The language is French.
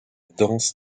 danse